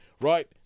right